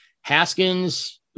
Haskins